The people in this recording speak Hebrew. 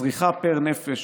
הצריכה פר נפש